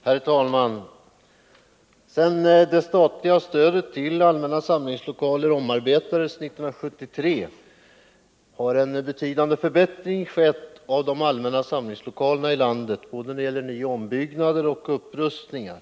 Herr talman! Sedan det statliga stödet till allmänna samlingslokaler omarbetades 1973 har en betydande förbättring skett av de allmänna samlingslokalerna i landet både när det gäller nyoch ombyggnader och när det gäller upprustningar.